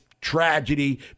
tragedy